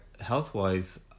health-wise